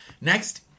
Next